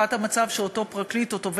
כשהערכת המצב של אותו פרקליט או תובע